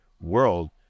world